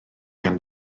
gan